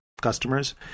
customers